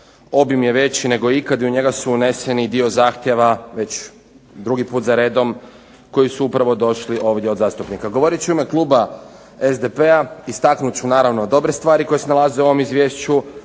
Obim je veći nego ikad i u njega su uneseni dio zahtjeva već drugi put za redom koji su upravo došli ovdje od zastupnika. Govorit ću u ime kluba SDP-a, istaknut ću naravno dobre stvari koje se nalaze u ovom izvješću